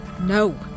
No